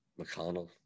McConnell